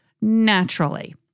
naturally